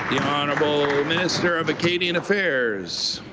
honourable minister of acadian affairs.